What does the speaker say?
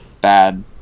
bad